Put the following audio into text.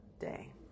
day